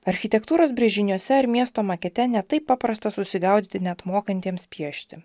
architektūros brėžiniuose ar miesto makete ne taip paprasta susigaudyti net mokantiems piešti